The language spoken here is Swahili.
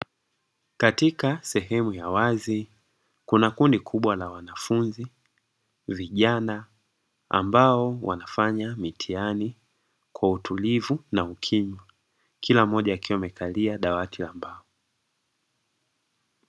Katika sehemu ya wazi kuna kundi kubwa la wanafunzi vijana, ambao wanafanya mitihani kwa utulivu na ukimya, kila mmoja akiwa amekalia dawati la mbao.